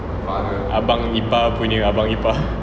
abang ipar punya abang ipar